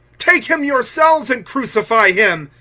take him yourselves and crucify him,